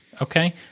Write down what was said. Okay